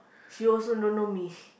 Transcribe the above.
she also don't know me